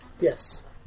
Yes